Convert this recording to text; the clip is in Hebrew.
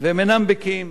הם אינם בקיאים,